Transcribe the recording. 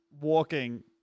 walking